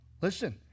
Listen